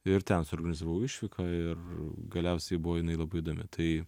ir ten suorganizavau išvyką ir galiausiai buvo jinai labai įdomi tai